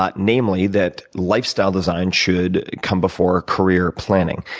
ah namely, that lifestyle design should come before career planning.